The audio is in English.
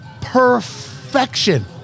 Perfection